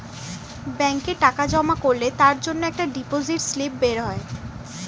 ব্যাংকে টাকা জমা করলে তার জন্যে একটা ডিপোজিট স্লিপ বেরোয়